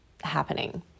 happening